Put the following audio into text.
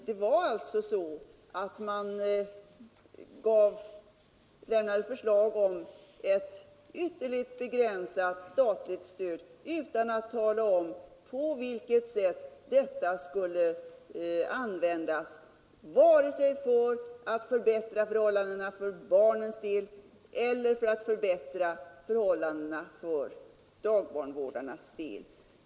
Det var alltså så att man lade fram förslag om ett ytterligt begränsat statligt stöd utan att tala om på vilket sätt detta skulle användas vare sig för att förbättra förhållandena för barnens del eller för att förbättra förhållandena för dagbarnvårdarnas del.